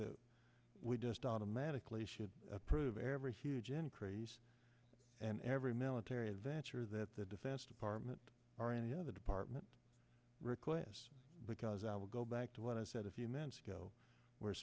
that we just automatically should approve every huge increase and every military adventure that the defense department or any other department requests because i will go back to what i said if you meant to go we're